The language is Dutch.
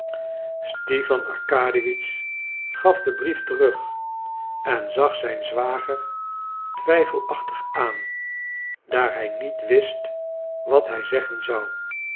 stipan arkadiewitsch gaf den brief terug en zag zijn zwager twijfelachtig aan daar hij niet wist wat hij zeggen zou